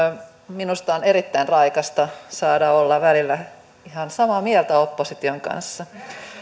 minusta on erittäin raikasta saada olla välillä ihan samaa mieltä opposition kanssa